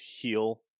heal